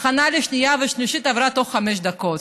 ההכנה לשנייה ושלישית עברה תוך חמש דקות,